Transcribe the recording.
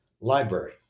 library